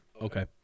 Okay